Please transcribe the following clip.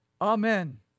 Amen